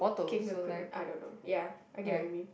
keeping the equipment I don't know ya I get what you mean